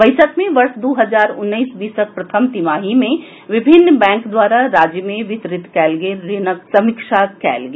बैसक मे वर्ष दू हजार उन्नैस बीसक प्रथम तिमाही मे विभिन्न बैंक द्वारा राज्य मे वितरित कयल गेल ऋणक समीक्षा कयल गेल